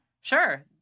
Sure